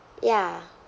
ya